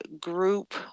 group